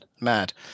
Mad